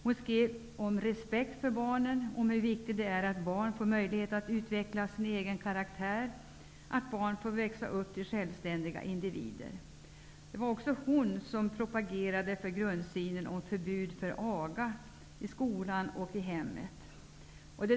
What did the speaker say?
Hon skrev om respekt för barnen, om hur viktigt det är att barn får möjlighet att utveckla sin egen karaktär, att barn får växa upp till självständiga individer. Hon propagerade också för grundsynen om förbud mot aga i skolan och i hemmet.